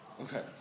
Okay